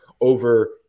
over –